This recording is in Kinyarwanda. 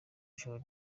ijoro